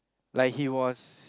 like he was